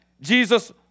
Jesus